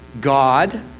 God